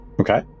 Okay